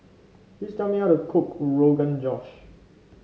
please tell me how to cook Rogan Josh